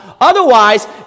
Otherwise